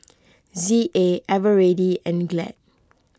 Z A Eveready and Glad